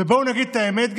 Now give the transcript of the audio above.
ובואו נגיד את האמת,